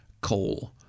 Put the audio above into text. coal